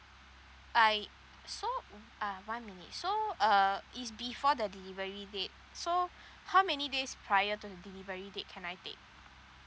I so uh one minute so uh it's before the delivery date so how many days prior to the delivery date can I take